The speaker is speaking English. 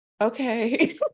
okay